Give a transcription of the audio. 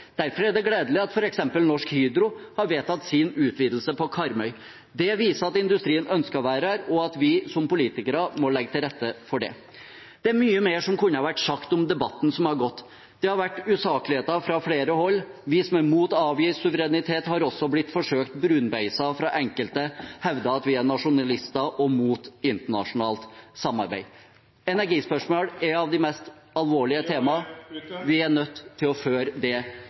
Derfor er det gledelig at f.eks. Norsk Hydro har vedtatt sin utvidelse på Karmøy. Det viser at industrien ønsker å være her, og at vi som politikere må legge til rette for det. Det er mye mer som kunne ha vært sagt om debatten som har gått. Det har vært usakligheter fra flere hold. Vi, som er mot å avgi suverenitet, har også blitt forsøkt brunbeiset fra enkelte som hevder at vi er nasjonalister og mot internasjonalt samarbeid. Energispørsmål er blant de mest alvorlige temaene. Vi er nødt til å føre